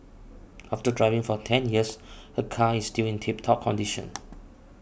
after driving for ten years her car is still in tip top condition